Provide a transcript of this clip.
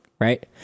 right